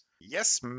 yes